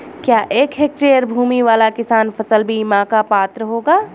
क्या एक हेक्टेयर भूमि वाला किसान फसल बीमा का पात्र होगा?